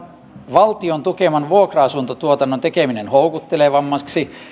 valtion tukeman vuokra asuntotuotannon tekeminen houkuttelevammaksi